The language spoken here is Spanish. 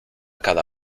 cada